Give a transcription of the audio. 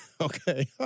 okay